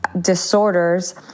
disorders